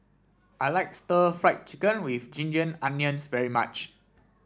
I like Stir Fried Chicken with Ginger Onions very much